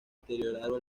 deteriorado